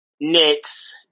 Knicks